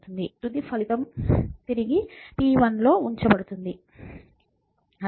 తుది ఫలితం తిరిగి p1లో ఉంచబడుతుంది